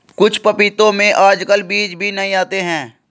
कुछ पपीतों में आजकल बीज भी नहीं आते हैं